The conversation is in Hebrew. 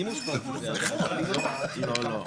פה, שוב, אני רק אחזור על זה לפני שאני משיב.